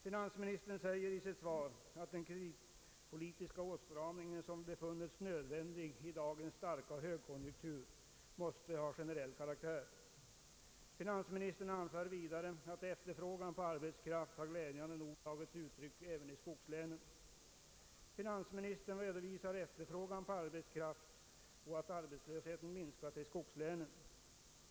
Finansministern säger i sitt svar att den kreditpolitiska åtstramning som befunnits nödvändig i dagens starka högkonjunktur måste ha generall karaktär. Finansministern anför vidare att efterfrågan på arbetskraft glädjande nog har tagit sig uttryck även i skogslänen. Finansministern redovisar efterfrågan på arbetskraft och nämner att arbetslösheten har minskat i skogslänen.